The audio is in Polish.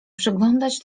przeglądać